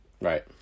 Right